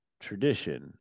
tradition